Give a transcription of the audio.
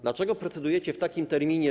Dlaczego procedujecie w takim terminie?